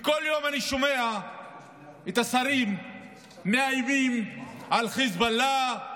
בכל יום אני שומע את השרים מאיימים על חיזבאללה,